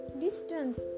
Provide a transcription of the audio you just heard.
distance